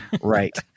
right